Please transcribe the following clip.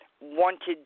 wanted